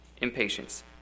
Impatience